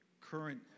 current